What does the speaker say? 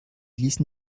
ließen